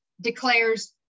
declares